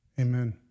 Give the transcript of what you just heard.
Amen